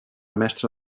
mestra